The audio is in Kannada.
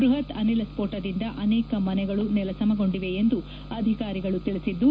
ಬೃಹತ್ ಅನಿಲ ಸ್ಫೋಟದಿಂದ ಅನೇಕ ಮನೆಗಳು ನೆಲಸಮಗೊಂಡಿವೆ ಎಂದು ಅಧಿಕಾರಿಗಳು ತಿಳಿಸಿದ್ದು